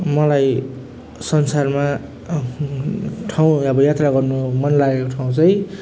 मलाई संसारमा ठाउँ अब यात्रा गर्न मनलागेको ठाउँ चाहिँ